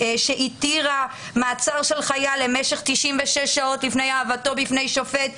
שהתירה מעצר של חייל למשך 96 שעות לפני הבאתו בפני שופט,